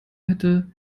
hätte